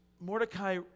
Mordecai